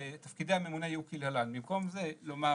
"תפקידי הממונה יהיו כלהלן:" במקום זה לומר